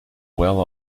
well